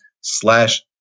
slash